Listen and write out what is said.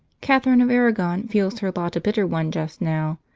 catherine of aragon feels her lot a bitter one just now,